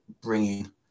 bringing